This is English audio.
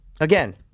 Again